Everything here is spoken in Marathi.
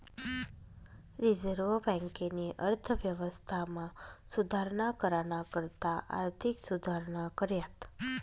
रिझर्व्ह बँकेनी अर्थव्यवस्थामा सुधारणा कराना करता आर्थिक सुधारणा कऱ्यात